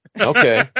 Okay